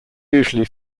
usually